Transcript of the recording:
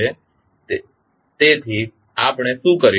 તેથી આપણે શું કરીશું